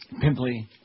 pimply